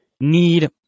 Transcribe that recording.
need